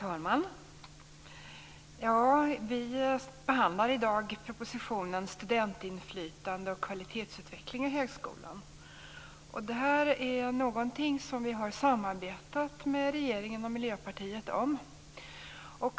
Herr talman! Vi behandlar i dag propositionen Studentinflytande och kvalitetsutveckling i högskolan. Det här är någonting som vi har samarbetat med regeringen och Miljöpartiet om.